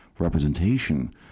representation